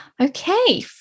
okay